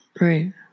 Right